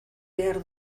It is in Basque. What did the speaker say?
behar